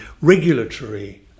regulatory